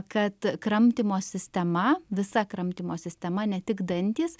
kad kramtymo sistema visa kramtymo sistema ne tik dantys